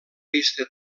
vista